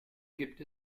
gibt